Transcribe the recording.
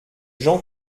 jean